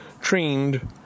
trained